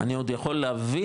אני עוד יכול להבין,